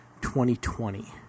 2020